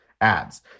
abs